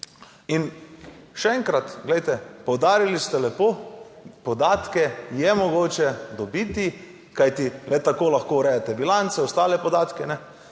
In še enkrat, glejte, poudarili ste, lepo podatke je mogoče dobiti, kajti le tako lahko urejate bilance, ostale podatke in